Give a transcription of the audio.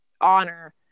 honor